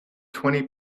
twenty